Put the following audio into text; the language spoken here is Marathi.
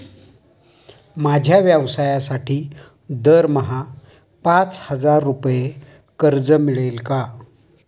माझ्या व्यवसायासाठी दरमहा पाच हजार रुपये कर्ज मिळेल का?